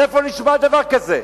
איפה נשמע דבר כזה?